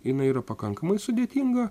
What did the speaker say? jinai yra pakankamai sudėtinga